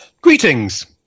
Greetings